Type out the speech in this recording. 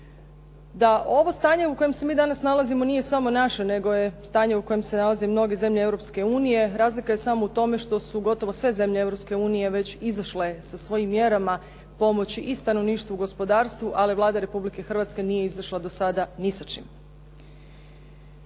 Da ovo stanje u kojem se mi danas nalazimo nije samo naše, nego je stanje u kojem se nalaze mnoge zemlje Europske unije. Razlika je samo u tome što su gotovo sve zemlje Europske unije već izašle sa svojim mjerama pomoći i stanovništvu u gospodarstvu, ali Vlada Republike Hrvatske nije izašla do sada ni sa čim.